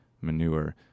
manure